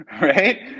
Right